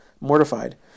mortified